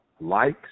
likes